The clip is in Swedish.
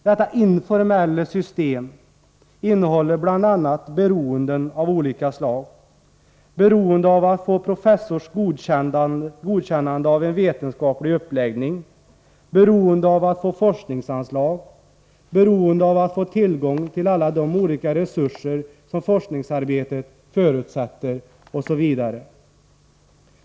Detta informella system innehåller bl.a. beroenden av olika slag: beroende av att få professors godkännande av en vetenskaplig uppläggning, beroende av att få forskningsanslag, beroende av att få tillgång till alla de resurser som forskningsarbetet förutsätter, osv.